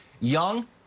young